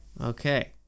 Okay